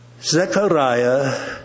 Zechariah